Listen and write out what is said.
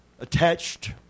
attached